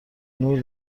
نور